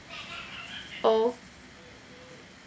oh